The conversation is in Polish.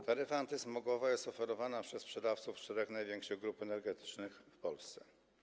Taryfa antysmogowa jest oferowana przez sprzedawców z czterech największych grup energetycznych w Polsce.